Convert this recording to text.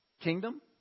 kingdom